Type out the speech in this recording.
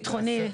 לדעתי הביטחוני.